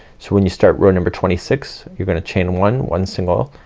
so when you start row number twenty six you're gonna chain one, one single,